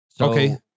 Okay